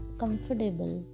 comfortable